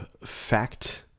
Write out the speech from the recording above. fact